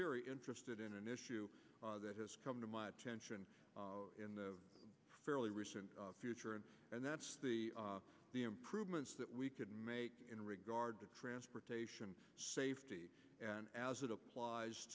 very interested in an issue that has come to my attention in the fairly recent future and and that's the improvements that we can make in regard to transportation safety as it applies